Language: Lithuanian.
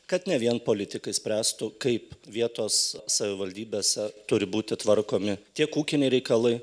kad ne vien politikai spręstų kaip vietos savivaldybėse turi būti tvarkomi tiek ūkiniai reikalai